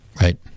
Right